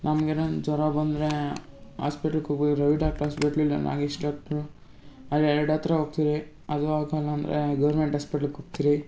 ನಮ್ಗೇನಾದ್ರು ಜ್ವರ ಬಂದರೆ ಹಾಸ್ಪಿಟಲ್ಗೆ ಹೋಗೋದು ರವಿ ಡಾಕ್ಟ್ರ್ ಹಾಸ್ಪಿಟ್ಲ್ ಇಲ್ಲ ನಾಗೇಶ್ ಡಾಕ್ಟ್ರು ಅದು ಎರಡು ಹತ್ರ ಹೋಗ್ತೀವಿ ಅದು ಆಗೋಲ್ಲ ಅಂದರೆ ಗೌರ್ಮೆಂಟ್ ಹಾಸ್ಪಿಟ್ಲ್ಗೆ ಹೋಗ್ತೀರಿ